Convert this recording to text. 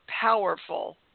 powerful